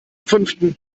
fünften